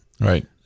Right